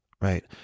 right